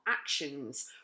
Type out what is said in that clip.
actions